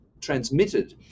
transmitted